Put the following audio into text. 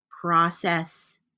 process